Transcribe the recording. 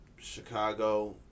Chicago